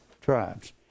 tribes